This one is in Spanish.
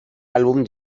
álbum